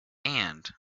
and